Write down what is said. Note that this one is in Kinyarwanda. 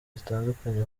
zitandukanye